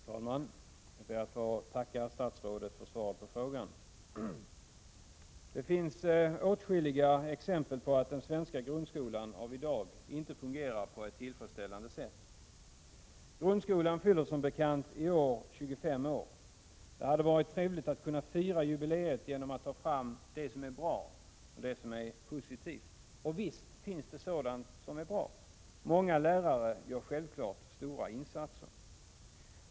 Herr talman! Jag ber att få tacka statsrådet för svaret på min fråga. Det finns åtskilliga exempel på att den svenska grundskolan av i dag inte fungerar på ett tillfredsställande sätt. Grundskolan fyller som bekant i år 25 år. Det hade varit trevligt att kunna fira jubileet genom att ta fram det som är bra och positivt. Och visst finns det sådant som är bra. Många lärare gör självfallet stora insatser.